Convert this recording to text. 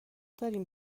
دارین